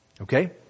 Okay